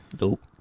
Nope